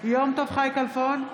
יום טוב חי כלפון,